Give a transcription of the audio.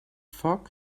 foc